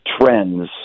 trends